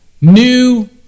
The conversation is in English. new